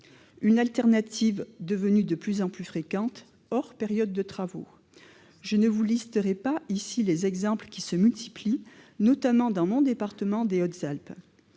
de rechange devenue de plus en plus fréquente hors période de travaux ; je ne dresserai pas ici la liste des exemples qui se multiplient, notamment dans mon département des Hautes-Alpes.